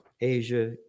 Asia